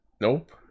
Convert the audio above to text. Nope